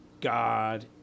God